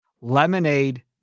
lemonade